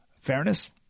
fairness